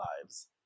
lives